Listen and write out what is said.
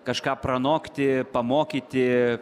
kažką pranokti pamokyti